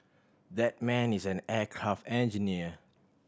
that man is an aircraft engineer